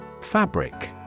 Fabric